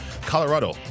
Colorado